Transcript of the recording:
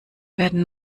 werden